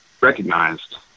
recognized